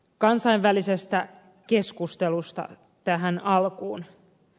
kansainvälisestä keskustelusta tähän alkuun